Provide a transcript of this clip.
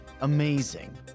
amazing